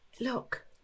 Look